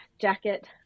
jacket